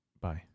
Bye